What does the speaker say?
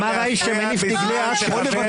אמר האיש שהניף גדלי אש"ף.